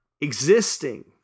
existing